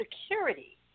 security